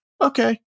okay